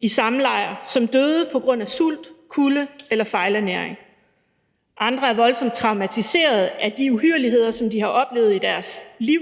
i samme lejr, som døde på grund af sult, kulde eller fejlernæring. Andre er voldsomt traumatiserede af de uhyrligheder, som de har oplevet i deres liv: